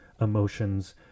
emotions